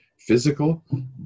physical